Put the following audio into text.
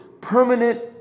permanent